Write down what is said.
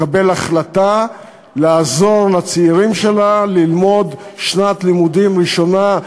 לקבל החלטה לעזור לצעירים שלה ללמוד שנת לימודים ראשונה,